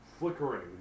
Flickering